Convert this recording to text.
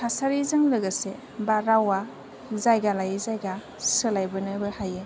थासारिजों लोगोसे बा रावा जायगा लायै जायगा सोलायबोनोबो हायो